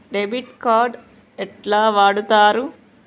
Debit card ఎట్లా వాడుతరు?